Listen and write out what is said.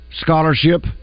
scholarship